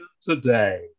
today